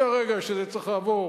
מהרגע שזה צריך לעבור